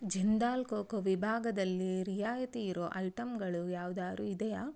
ಜಿಂದಾಲ್ ಖೋಖೋ ವಿಭಾಗದಲ್ಲಿ ರಿಯಾಯಿತಿ ಇರೋ ಐಟಮ್ಗಳು ಯಾವ್ದಾದ್ರೂ ಇದೆಯಾ